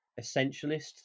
essentialist